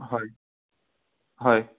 হয় হয়